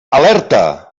alerta